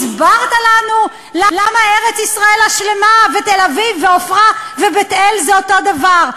הסברת לנו למה ארץ-ישראל השלמה ותל-אביב ועפרה ובית-אל הם אותו דבר,